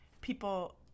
people